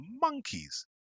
monkeys